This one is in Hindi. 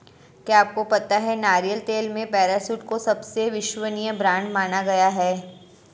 क्या आपको पता है नारियल तेल में पैराशूट को सबसे विश्वसनीय ब्रांड माना गया है?